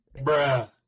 Bruh